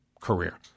career